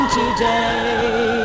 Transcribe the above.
today